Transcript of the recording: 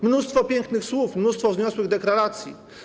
Mnóstwo pięknych słów, mnóstwo wzniosłych deklaracji.